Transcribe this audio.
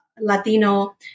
Latino